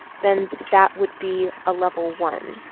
then that would be a level one.